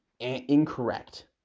incorrect